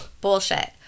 Bullshit